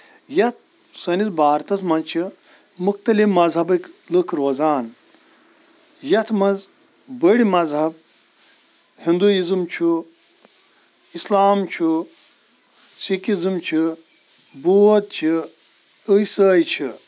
یَتھ سٲنِس بارتَس منٛز چھِ مُختلِف مذہبکۍ لُکھ روزان یَتھ منٛز بٔڑۍ مزہب ہِندویِزم چھُ اِسلام چھُ سکِزم چھُ بود چھِ ایٖسٲیۍ چھِ